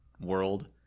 world